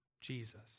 Jesus